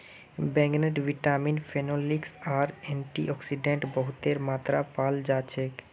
बैंगनत vitamin, phenolics आर antioxidant बहुतेर मात्रात पाल जा छेक